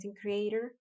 creator